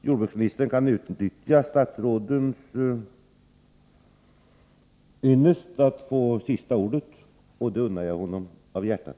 Jordbruksministern kan utnyttja statsrådens ynnest att få sista ordet, och det unnar jag honom av hjärtat.